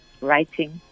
writing